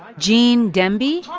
ah gene demby?